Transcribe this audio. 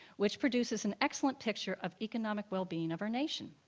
which produces an excellent picture of economic well-being of our nation.